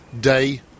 day